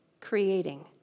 creating